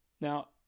Now